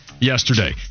yesterday